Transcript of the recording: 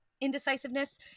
Indecisiveness